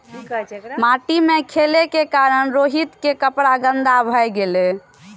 माटि मे खेलै के कारण रोहित के कपड़ा गंदा भए गेलै